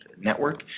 network